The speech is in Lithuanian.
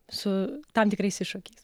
su tam tikrais iššūkiais